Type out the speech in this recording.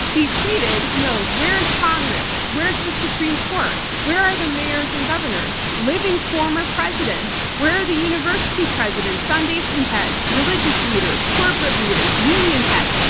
he tweeted, you know where's congress? where's the supreme court? where are the mayors and governors, living former presidents? where are the university presidents, foundation heads, religious leaders, corporate leaders, union heads,